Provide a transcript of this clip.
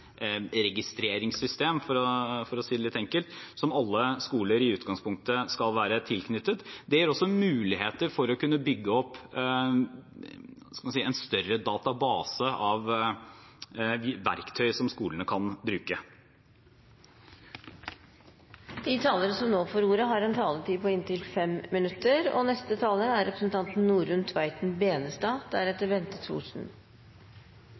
for å si det litt enkelt, som alle skoler i utgangspunktet skal være tilknyttet. Det gir også muligheter for å kunne bygge opp en større database av verktøy som skolene kan bruke. Representanten Knag Fylkesnes reiser en viktig interpellasjon. Han peker på at vi i Norge har et godt utgangspunkt for både å utvikle og